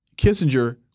Kissinger